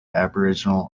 aboriginal